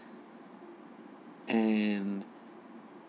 and